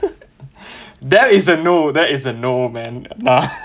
that is a no that is a no man uh